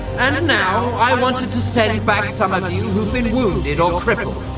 and now i wanted to send back some of you who've been wounded or crippled,